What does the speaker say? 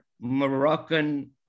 Moroccan